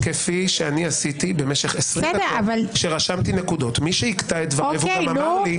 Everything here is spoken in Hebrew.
כפי שעשיתי במשך 20 דקות כשרשמתי נקודות - מי שיקטע את דבריי- -- אתה